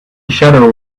shadow